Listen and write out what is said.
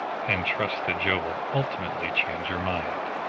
and trust that joe would ultimately change her mind.